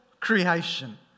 creation